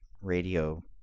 radio